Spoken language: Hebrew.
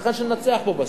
ייתכן שננצח בו בסוף.